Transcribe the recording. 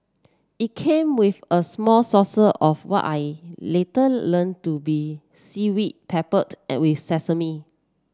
it came with a small saucer of what I later learnt to be seaweed peppered with sesame